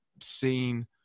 seen